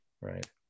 right